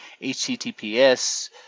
https